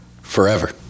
forever